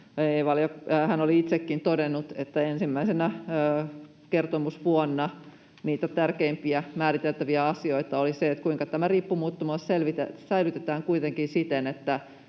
hän oli itsekin todennut, että ensimmäisenä kertomusvuonna niitä tärkeimpiä määriteltäviä asioita oli se, kuinka tämä riippumattomuus säilytetään, kuitenkin siten,